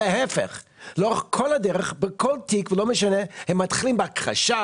אז בדיוק ההיפך - לאורך כל הדרך הם בכל תיק מתחילים בהכחשה,